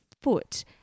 foot